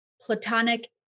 platonic